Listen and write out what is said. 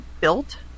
built